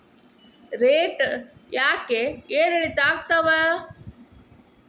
Rate ಯಾಕೆ ಏರಿಳಿತ ಆಗ್ತಾವ?